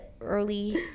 early